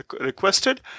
requested